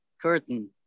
curtain